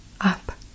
Up